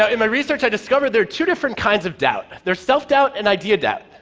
ah and my research, i discovered there are two different kinds of doubt. there's self-doubt and idea doubt.